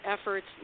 efforts